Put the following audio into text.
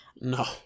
No